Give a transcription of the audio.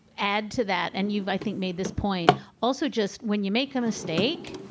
add to that. and you've, i think, made this point also, just when you make a mistake,